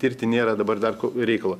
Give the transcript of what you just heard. tirti nėra dabar dar reikalo